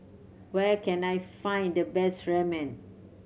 where can I find the best Ramen